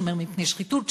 שומר מפני שחיתות,